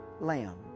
lamb